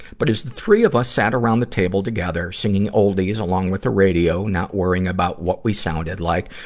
but as the three of us say around the table together, singing oldies along with the radio, not worrying about what we sounded like,